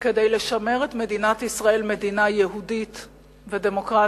כדי לשמר את מדינת ישראל מדינה יהודית ודמוקרטית,